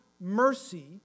mercy